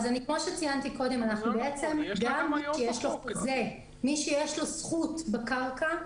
כמו שציינתי קודם, מי שיש לו זכות בקרקע,